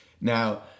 Now